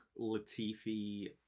Latifi